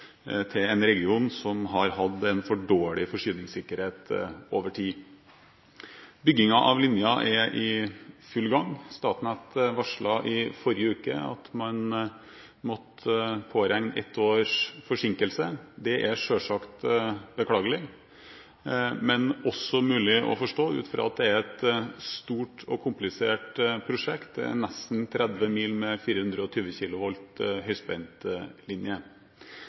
til en region som har hatt en for dårlig forsyningssikkerhet over tid. Byggingen av linjen er i full gang. Statnett varslet i forrige uke at man måtte påregne ett års forsinkelse. Det er selvsagt beklagelig, men også mulig å forstå ut fra at det er et stort og komplisert prosjekt. Det er nesten 30 mil med 420 kV høyspentlinje.